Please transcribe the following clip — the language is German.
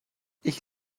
ich